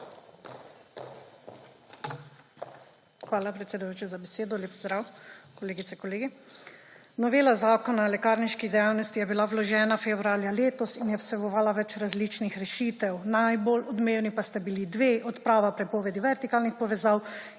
Hvala, predsedujoči, za besedo. Lep pozdrav, kolegice, kolegi! Novela Zakona o lekarniški dejavnosti je bila vložena februarja letos in je vsebovala več različnih rešitev, najbolj odmevni pa sta bili dve: odprava prepovedi vertikalnih povezav